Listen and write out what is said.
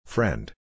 Friend